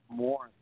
more